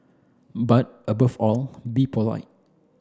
but above all be polite